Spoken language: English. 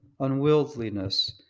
unwieldliness